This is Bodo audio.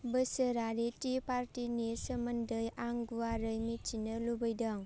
बोसोरारि टि पार्टिनि सोमोन्दै आं गुवारै मिथिनो लुगैदों